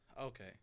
Okay